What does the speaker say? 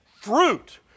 fruit